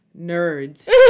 nerds